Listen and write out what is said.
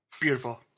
beautiful